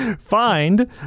Find